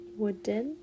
wooden